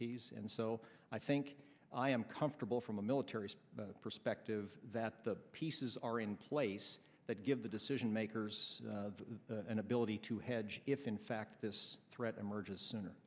ts and so i think i am comfortable from a military perspective that the pieces are in place that give the decision makers an ability to hedge if in fact this threat emerges sooner